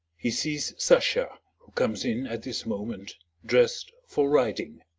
he sees sasha, who comes in at this moment dressed for riding.